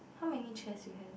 how many chairs you have